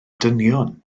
dynion